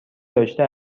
داشته